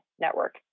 Network